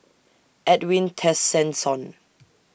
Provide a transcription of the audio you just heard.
Edwin Tessensohn